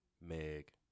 Meg